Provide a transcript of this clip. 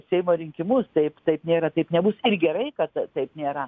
seimo rinkimus taip taip nėra taip nebus ir gerai kad taip nėra